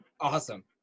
Awesome